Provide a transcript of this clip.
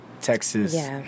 Texas